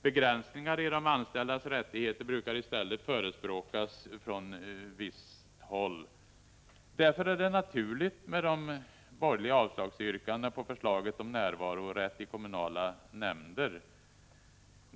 Begränsningar i de anställdas rättigheter brukar i stället förespråkas från det hållet. Därför är det naturligt med borgerliga avslagsyrkanden på förslaget om närvarorätt i kommunala nämnder.